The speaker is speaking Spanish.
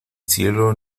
cielo